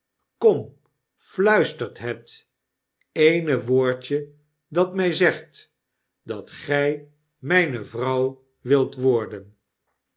kom fluistert het eene woordje dat my zegt dat gy myne vrouw wilt worden